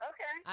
Okay